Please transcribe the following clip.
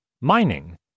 mining